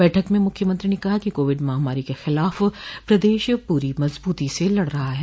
बैठक में मुख्यमंत्री ने कहा कि कोविड महामारी के खिलाफ प्रदेश पूरी मजबूती से लड़ रहा है